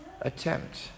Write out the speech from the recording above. attempt